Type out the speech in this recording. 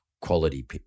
quality